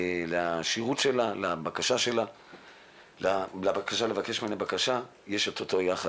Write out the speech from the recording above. לשירות שלה, לבקש ממנה בקשה, יש את אותו יחס.